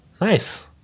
Nice